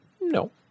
No